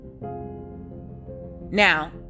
Now